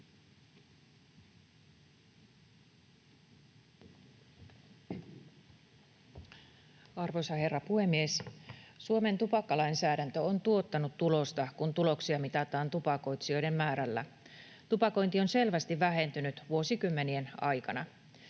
Arvoisa herra puhemies! Suomen tupakkalainsäädäntö on tuottanut tulosta, kun tuloksia mitataan tupakoitsijoiden määrällä. Tupakointi on selvästi vähentynyt vuosikymmenien aikana.